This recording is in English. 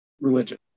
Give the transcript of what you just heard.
religion